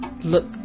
look